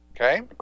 Okay